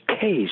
case